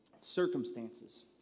circumstances